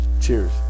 Cheers